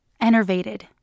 enervated